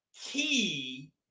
key